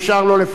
זה עניין אחר.